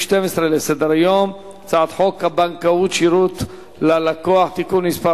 סעיף 12 בסדר-היום: הצעת חוק הבנקאות (שירות ללקוח) (תיקון מס'